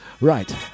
Right